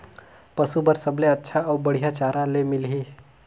पशु बार सबले अच्छा अउ बढ़िया चारा ले मिलही?